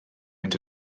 mynd